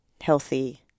healthy